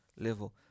level